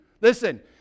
Listen